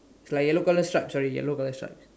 is like yellow color stripes sorry yellow color stripes